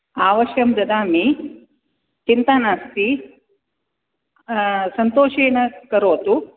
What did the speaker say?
अवश्यं ददामि चिन्ता नास्ति सन्तोषेण करोतु